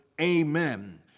Amen